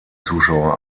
zuschauer